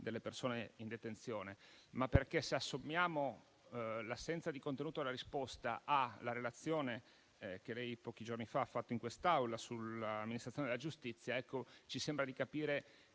delle persone in detenzione, ma perché, se sommiamo l'assenza di contenuto della risposta alla relazione che lei pochi giorni fa ha reso in quest'Aula sull'amministrazione della giustizia, ci sembra di capire